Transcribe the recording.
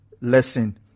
lesson